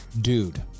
dude